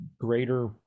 greater